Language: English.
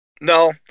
No